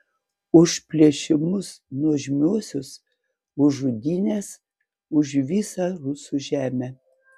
už plėšimus nuožmiuosius už žudynes už visą rusų žemę